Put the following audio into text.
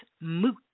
Moot